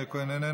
מאיר כהן,